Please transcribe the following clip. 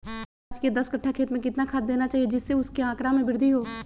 प्याज के दस कठ्ठा खेत में कितना खाद देना चाहिए जिससे उसके आंकड़ा में वृद्धि हो?